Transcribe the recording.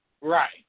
Right